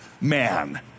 man